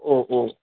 ഓ ഓ